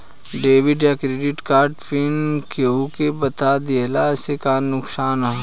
Debit या credit card pin केहूके बता दिहला से का नुकसान ह?